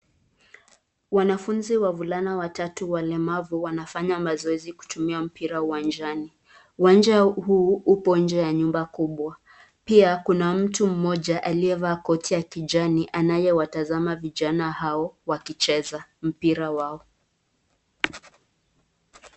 Wanafunzi wavulana watatu walemavu wanafanya mazoezi kutumia mpira uwanjani. Uwanja huu upo nje ya nyumba kubwa. Pia kuna mtu mmoja aliyevaa koti ya kijani anayewatazama vijana hao wakicheza mpira wao.